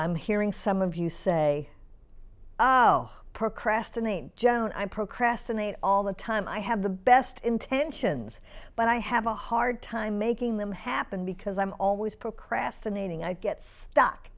i'm hearing some of you say per crestor name joan i procrastinate all the time i have the best intentions but i have a hard time making them happen because i'm always procrastinating i get stuck